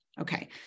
Okay